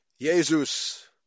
Jesus